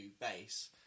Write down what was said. base